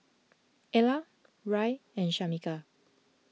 Ellar Rahn and Shamika